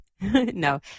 No